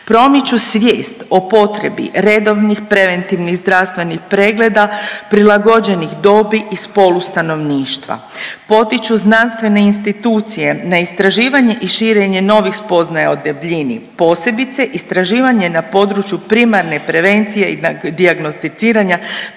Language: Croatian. promiču svijest o potrebi redovnih preventivnih i zdravstvenih pregleda prilagođenih dobi i spolu stanovništva, potiču znanstvene institucije na istraživanje i širenje novih spoznaja o debljini, posebice istraživanje na području primarne prevencije i dijagnosticiranja